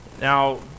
Now